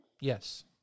Yes